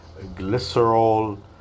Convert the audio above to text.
glycerol